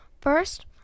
first